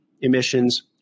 emissions